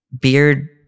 beard